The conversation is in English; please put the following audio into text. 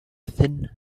thin